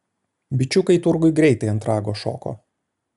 bičiukai turguj greitai ant rago šoko